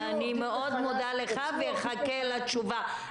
אני מאוד מודה לך, ואני מחכה לתשובה